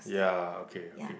ya okay okay